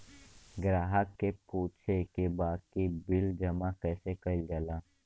ग्राहक के पूछे के बा की बिल जमा कैसे कईल जाला?